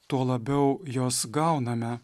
tuo labiau jos gauname